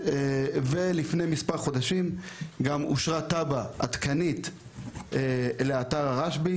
לפני מספר חודשים גם אושרה תב"ע עדכנית לאתר הרשב"י,